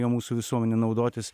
juo mūsų visuomenė naudotis